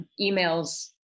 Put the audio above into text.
emails